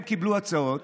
הם קיבלו הצעות.